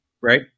Right